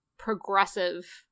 progressive